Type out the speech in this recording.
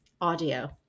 audio